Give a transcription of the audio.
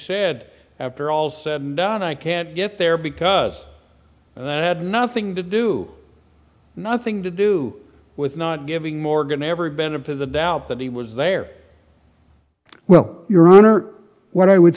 said after all is said and done i can't get there because that nothing to do nothing to do with not giving morgan every benefit of the doubt that he was there well your honor what i would